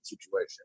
situation